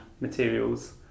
materials